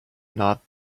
not